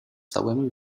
całymi